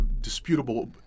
disputable